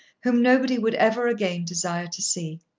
whom nobody would ever again desire to see.